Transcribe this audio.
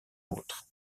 autres